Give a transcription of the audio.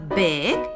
big